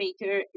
maker